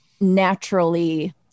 naturally